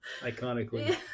iconically